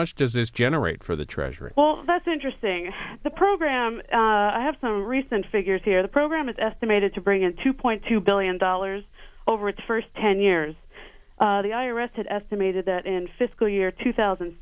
much does this generate for the treasury well that's interesting the program i have some recent figures here the program is estimated to bring in two point two billion dollars over its first ten years the i rested estimated that in fiscal year two thousand